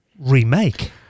remake